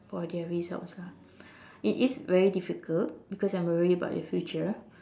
for their results lah it is very difficult because I'm worried about their future